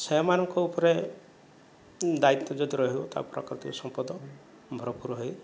ସେମାନଙ୍କ ଉପରେ ଦାୟିତ୍ଵ ଯଦି ରହିବ ତା ପ୍ରାକୃତିକ ସମ୍ପଦ ଭରପୁର ହୋଇ